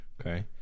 Okay